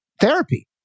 therapy